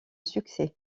succès